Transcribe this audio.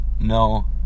no